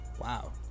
Wow